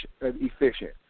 efficient